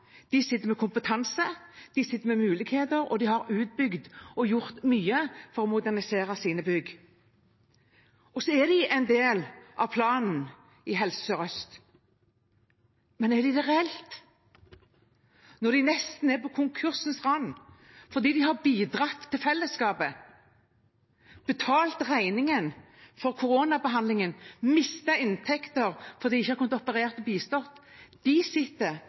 de sitter med kompetanse, de sitter med muligheter, og de har bygd ut og gjort mye for å modernisere sine bygg. De er også en del av planen i Helse Sør-Øst – men er de det reelt sett, når de nesten er på konkursens rand fordi de har bidratt til fellesskapet, betalt regningen for koronabehandlingen, mistet inntekter fordi de ikke har kunnet operere og bistå? De sitter